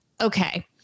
Okay